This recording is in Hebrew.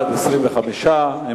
אני